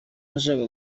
nashakaga